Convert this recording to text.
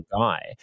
guy